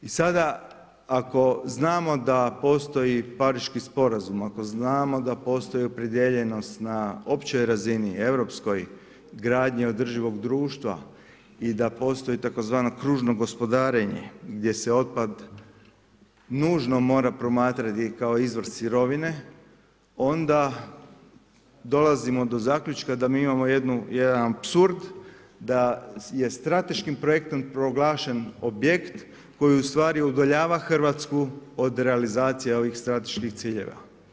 I sada ako znamo da postoji Pariški sporazum, ako znamo da postoji opredijeljenost na općoj razini europskoj gradnji održivog društva i da postoji tzv. kružno gospodarenje gdje se otpad nužno mora promatrati kao izvor sirovine, onda dolazimo do zaključka da mi imamo jedan apsurd da je strateškim projektom proglašen objekt koji ustvari udaljava Hrvatsku od realizacije ovih strateških ciljeva.